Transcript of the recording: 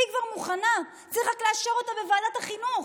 היא כבר מוכנה, צריך רק לאשר אותה בוועדת החינוך.